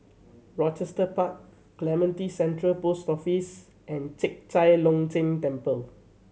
Rochester Park Clementi Central Post Office and Chek Chai Long Chuen Temple